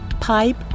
pipe